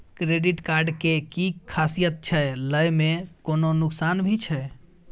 Credit card के कि खासियत छै, लय में कोनो नुकसान भी छै?